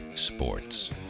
Sports